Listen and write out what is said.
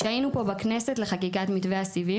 כשהיינו פה בכנסת לחקיקת מתווה הסיבים,